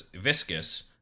viscous